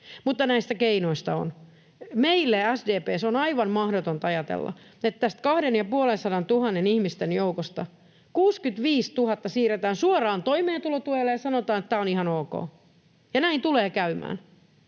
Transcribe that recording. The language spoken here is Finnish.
mutta näistä keinoista on. Meille SDP:ssä on aivan mahdotonta ajatella, että tästä kahden- ja puolensadantuhannen ihmisen joukosta 65 000 siirretään suoraan toimeentulotuelle ja sanotaan, tämä on ihan ok. Ja näin tulee käymään.